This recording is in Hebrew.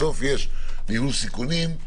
יש ניהול סיכונים,